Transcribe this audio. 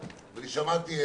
ואני שמעתי,